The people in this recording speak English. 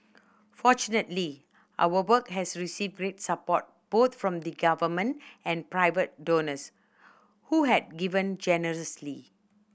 fortunately our work has received great support both from the Government and private donors who had given generously